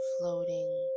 floating